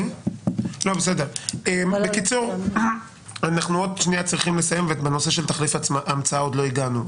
אנחנו עוד מעט צריכים לסיים ולנושא של תחליף המצאה עוד לא הגענו.